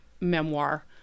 memoir